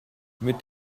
mit